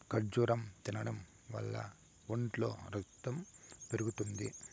ఖర్జూరం తినడం వల్ల ఒంట్లో రకతం పెరుగుతుంది